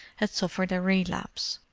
had suffered a relapse,